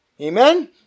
Amen